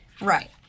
Right